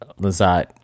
Lazat